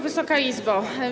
Wysoka Izbo!